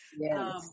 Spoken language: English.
yes